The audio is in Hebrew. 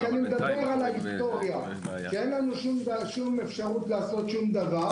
אני מדבר על ההיסטוריה כי אין לנו שום אפשרות לעשות שום דבר.